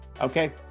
Okay